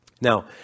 Now